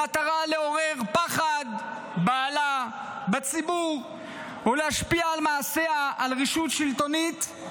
במטרה לעורר פחד או בהלה בציבור או להשפיע על מעשיה של רשות שלטונית,